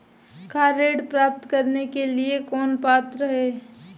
Car ऋण प्राप्त करने के लिए कौन पात्र है?